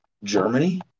Germany